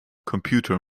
computer